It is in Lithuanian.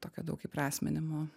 tokio daug įprasminimo